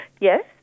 Yes